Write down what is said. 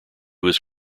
was